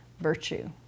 virtue